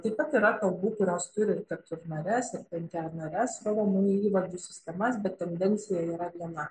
taip pat yra kalbų kurios turi keturnares ir penkianares rodomųjų įvardžių sistemas bet tendencija yra viena